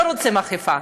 לא רוצים אכיפה,